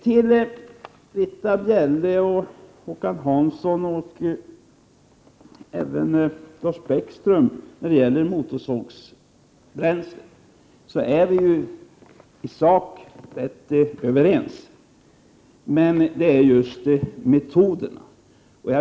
Till Britta Bjelle, Håkan Hansson och Lars Bäckström: När det gäller motorsågsbränsle är vi i sak överens; det vi är oense om är metoderna.